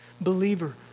Believer